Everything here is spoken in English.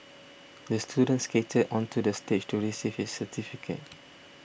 the student skated onto the stage to receive his certificate